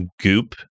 goop